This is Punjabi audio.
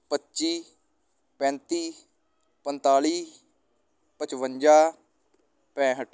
ਪੱਚੀ ਪੈਂਤੀ ਪੰਤਾਲ਼ੀ ਪਚਵੰਜਾ ਪੈਂਹਠ